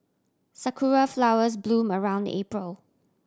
sakura flowers bloom around April